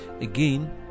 Again